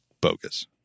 bogus